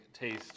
taste